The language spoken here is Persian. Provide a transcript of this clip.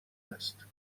است